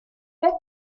faite